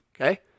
Okay